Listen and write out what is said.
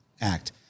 act